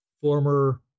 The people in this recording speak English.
former